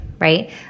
Right